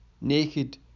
naked